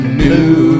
new